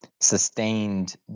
sustained